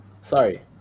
sorry